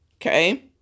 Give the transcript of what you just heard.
Okay